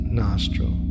nostril